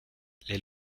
les